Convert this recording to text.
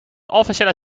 officiële